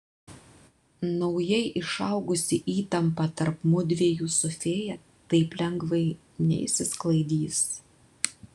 naujai išaugusi įtampa tarp mudviejų su fėja taip lengvai neišsisklaidys